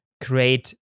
create